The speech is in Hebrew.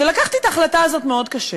ולקחתי את ההחלטה הזאת מאוד קשה.